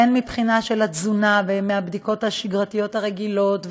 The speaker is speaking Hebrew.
הן מבחינת התזונה והבדיקות השגרתיות הרגילות וספורט.